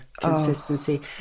consistency